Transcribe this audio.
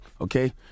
okay